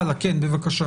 הלאה, כן בבקשה.